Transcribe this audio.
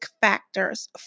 factors